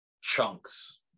chunks